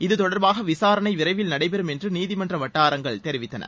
இது தொடர்பாக விசாரணை விரைவில் நடைபெறும் என்று நீதிமன்ற வட்டாரங்கள் தெரிவித்தன